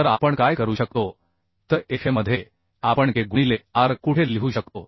तर आपण काय करू शकतो तर Fm मध्ये आपण k गुणिले r कुठे लिहू शकतो